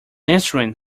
instrument